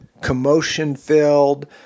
commotion-filled